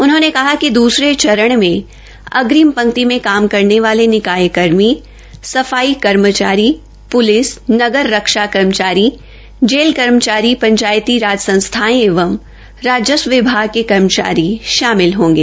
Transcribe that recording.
उन्होंने कहा कि दूसरे चरण में अग्रिम पंक्ति में काम करने वाले निकाय कर्मी सफाई कर्मचारी प्लिस नगर रक्षा कर्मचारी जेल कर्मचारी पंचायती राज संस्थायें एवं राजस्व विभाग के कर्मचारी शामिल होंगे